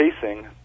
pacing